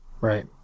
Right